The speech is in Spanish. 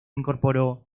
incorporó